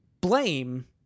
blame